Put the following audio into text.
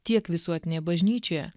tiek visuotinėje bažnyčioje